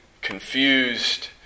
confused